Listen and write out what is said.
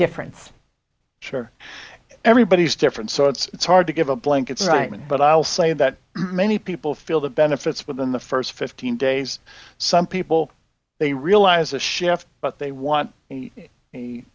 difference sure everybody's different so it's hard to give a blanket statement but i'll say that many people feel the benefits within the first fifteen days some people they realize a chef but they want a